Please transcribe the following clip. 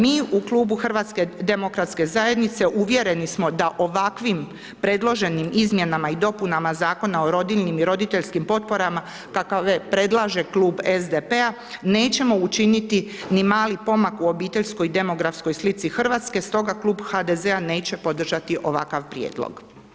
Mi u Klubu HDZ-a uvjereni smo da ovakvim predloženim izmjenama i dopunama Zakona o rodiljnim i roditeljskim potporama, kakove predlaže Klub SDP-a, nećemo učiniti ni mali pomak u obiteljskoj demografskoj slici RH, stoga Klub HDZ-a neće podržati ovakav prijedlog.